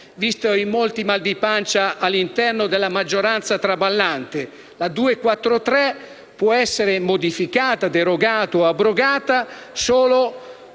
visti i molti mal di pancia all'interno della maggioranza traballante. La legge n. 243 può essere modificata, derogata o abrogata solo